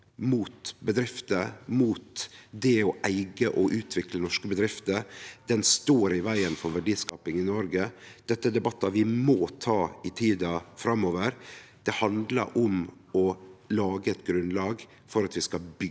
mot bedrifter og mot det å eige og utvikle norske bedrifter – i vegen for verdiskaping i Noreg. Dette er debattar vi må ta i tida framover. Det handlar om å lage eit grunnlag for å byggje